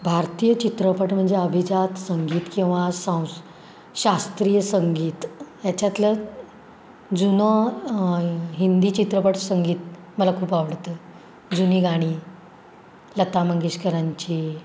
भारतीय चित्रपट म्हणजे अभिजात संगीत किंवा साऊंस शास्त्रीय संगीत ह्याच्यातलं जुनं हिंदी चित्रपटसंगीत मला खूप आवडतं जुनी गाणी लता मंगेशकरांची